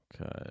Okay